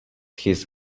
his